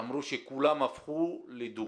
אמרו שכולם הפכו לדו.